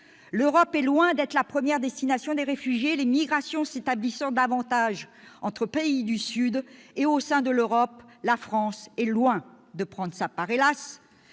l'Europe est loin d'être la première destination des réfugiés, les migrations s'établissant davantage entre pays du Sud et, au sein de l'Europe, la France est loin de prendre sa part.